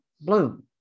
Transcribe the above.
bloom